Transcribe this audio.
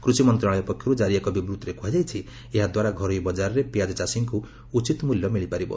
କୃଷି ମନ୍ତ୍ରଣାଳୟ ପକ୍ଷରୁ କାରି ଏକ ବିବୃତ୍ତିରେ କୁହାଯାଇଛି ଏହା ଦ୍ୱାରା ଘରୋଇ ବଜାରରେ ପିଆଜ ଚାଷୀଙ୍କୁ ଉଚିତ ମୂଲ୍ୟ ମିଳିପାରିବ